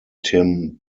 tim